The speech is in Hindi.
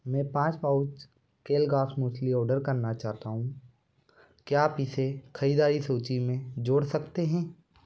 मैं पाँच पाउच केलगॅफ्स मूचली ऑर्डर करना चाहता हूँ क्या आप इसे खरीददारी सूची में जोड़ सकते हैं